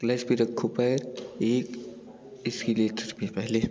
clutch पर रखो पैर एक इस्किलेटर पर पहले